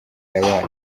yabaye